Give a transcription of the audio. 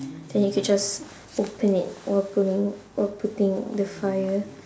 then you could just open it opening or putting the fire